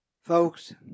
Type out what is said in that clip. Folks